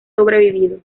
sobrevivido